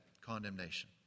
condemnation